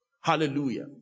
Hallelujah